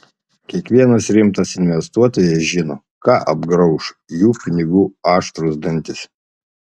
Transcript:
kiekvienas rimtas investuotojas žino ką apgrauš jų pinigų aštrūs dantys